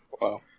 Wow